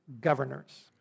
governors